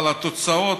אבל התוצאות,